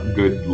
good